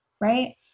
right